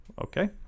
Okay